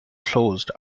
closed